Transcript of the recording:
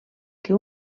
que